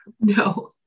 No